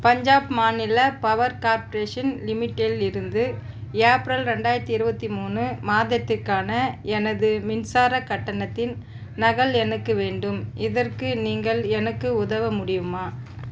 பஞ்சாப் மாநில power corporation லிமிட்டெட்லிருந்து April ரெண்டாயிரத்து இருபத்தி மூணு மாதத்திற்கான எனது மின்சாரக் கட்டணத்தின் நகல் எனக்கு வேண்டும் இதற்கு நீங்கள் எனக்கு உதவ முடியுமா